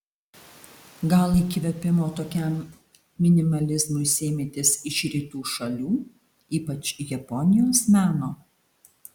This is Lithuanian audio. gal įkvėpimo tokiam minimalizmui sėmėtės iš rytų šalių ypač japonijos meno